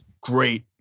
great